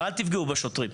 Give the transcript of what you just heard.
אבל אל תפגעו בשוטרים.